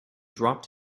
dropped